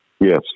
Yes